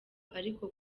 ariko